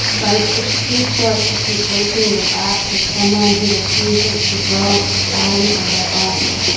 life is too short to keep breaking your back for someone who refuses to grow a spine of their own.